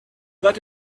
that